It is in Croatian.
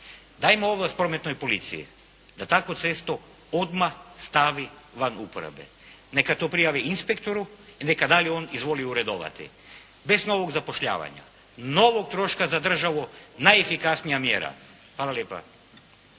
dajmo ovlast prometnoj policiji da takvu cestu odmah stavi van uporabe. Neka to prijavi inspektoru i neka dalje on izvoli uredovati bez novog zapošljavanja. Novog troška za državu najefikasnija mjera. Hvala lijepa.